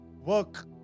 work